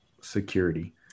security